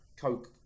coke